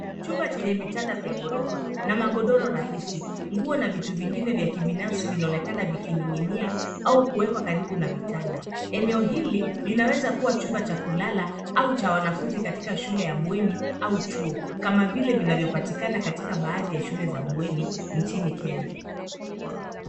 Chumba chenye vitanda vya ghorofa na magodoro rahisi. Nguo na vitu vingine vya kibinafsi vinaonekana vikining'inia au kuwekwa karibu na vitanda. Eneo hili linaweza kuwa chumba cha kulala au cha wanafunzi katika shule ya bweni au chuo, kama vile vinavyopatikana katika baadhi ya shule za bweni nchini Kenya.